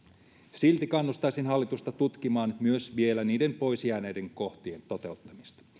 silti kannustaisin hallitusta tutkimaan vielä myös niiden pois jääneiden kohtien toteuttamista